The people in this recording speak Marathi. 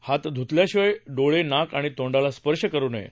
हात धुतल्याशिवाय डोळे नाक आणि तोंडाला स्पर्श करु नये